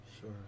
Sure